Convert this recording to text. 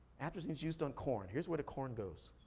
atrazine's used on corn. here's where the corn goes.